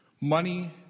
Money